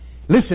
Listen